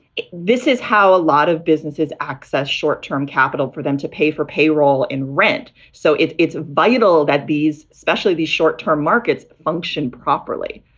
this is how a lot of businesses access short term capital for them to pay for payroll and rent. so it's it's vital that these especially these short term markets function properly.